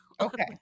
Okay